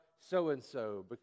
so-and-so